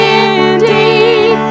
indeed